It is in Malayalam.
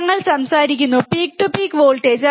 ഞങ്ങൾ സംസാരിക്കുന്നു പീക്ക് ടു പീക്ക് വോൾട്ടേജ്